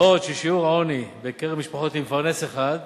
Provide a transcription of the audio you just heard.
בעוד שיעור העוני בקרב משפחות עם מפרנס אחד,